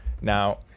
Now